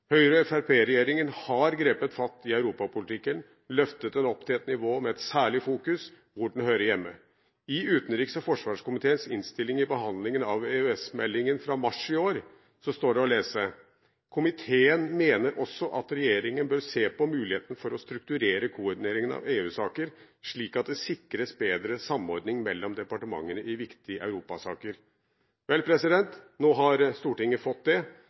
har grepet fatt i europapolitikken og løftet den opp til et nivå med et særlig fokus, hvor den hører hjemme. I utenriks- og forsvarskomiteens innstilling ved behandlingen av EØS-meldingen fra mars i år står det å lese: «Komiteen mener også at regjeringen bør se på muligheten for å strukturere koordineringen av EU-saker slik at det sikres bedre samordning mellom departementene i viktige europasaker.» Vel, nå har Stortinget fått det.